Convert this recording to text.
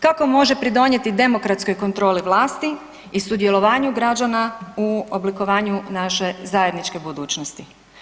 Kako može pridonijeti demokratskoj kontroli vlasti i sudjelovanju građana u oblikovanju naše zajedničke budućnosti.